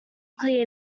clear